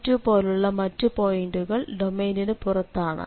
2 പോലുള്ള മറ്റു പോയിന്റുകൾ ഡൊമെയ്നിനു പുറത്താണ്